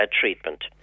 treatment